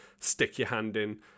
stick-your-hand-in